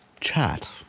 chat